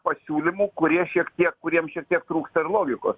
pasiūlymų kurie šiek tiek kuriem šiek tiek trūksta ir logikos